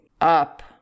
up